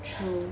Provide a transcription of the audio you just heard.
true